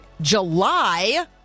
July